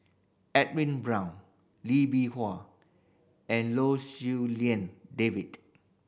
Edwin Brown Lee Bee Wah and Lou Siew Lian David